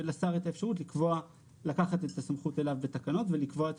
תהיה לשר את האפשרות לקחת את הסמכות אליו בתקנות ולקבוע את